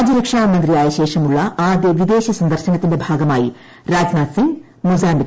രാജ്യരക്ഷാ മന്ത്രിയായശേഷമുള്ള ആദ്യ വിദേശ സന്ദർശനത്തിന്റെ ഭാഗമായി രാജ്നാഥ്സിംഗ് മൊസാംബിക്കിലെത്തി